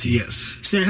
yes